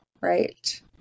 Right